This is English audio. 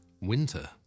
Winter